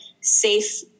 safe